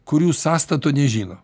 kurių sąstato nežino